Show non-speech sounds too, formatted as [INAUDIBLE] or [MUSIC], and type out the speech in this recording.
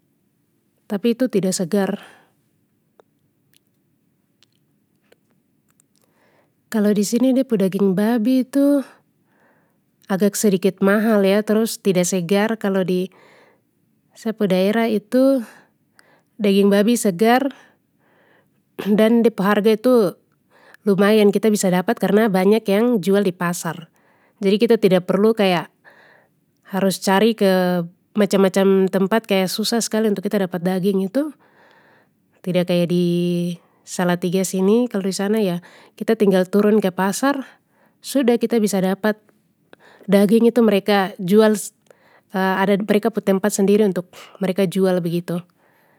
Tapi itu tida segar. Kalo disini de pu daging babi itu, agak sedikit mahal ya terus tida segar kalo di sa pu daerah itu, daging babi segar, dan de pu harga itu, lumayan kita bisa dapat karna banyak yang jual di pasar, jadi kita tida perlu kaya, harus cari ke, macam macam tempat kaya susah skali untuk kita dapat daging itu, tidak kaya di salatiga sini, kalo disana ya kita tinggal turun ke pasar, sudah kita bisa dapat daging itu mereka jual [HESITATION] ada mereka pu tempat sendiri untuk mereka jual begitu.